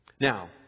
Now